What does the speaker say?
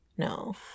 No